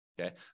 Okay